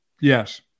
Yes